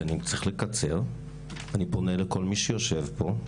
אני פונה לכל מי שיושב פה,